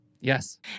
Yes